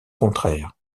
contraire